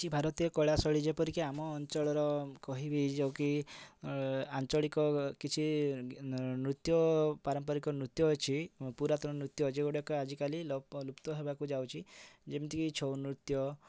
କିଛି ଭାରତୀୟ କଳା ଶୈଳୀ ଯେପରିକି ଆମ ଅଞ୍ଚଳର କହିବି ଯେଉଁ କି ଆଞ୍ଚଳିକ କିଛି ନୃତ୍ୟ ପାରମ୍ପାରିକ ନୃତ୍ୟ ଅଛି ପୁରାତନ ନୃତ୍ୟ ଅଛି ଯେଉଁଗୁଡ଼ାକ ଆଜିକାଲି ଲୁପ୍ତ ହେବାକୁ ଯାଉଛି ଯେମିତିକି ଛଉ ନୃତ୍ୟ